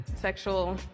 sexual